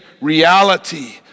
reality